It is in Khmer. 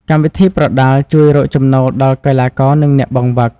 កម្មវិធីប្រដាល់ជួយ រកចំណូល ដល់កីឡាករនិងអ្នកបង្វឹក។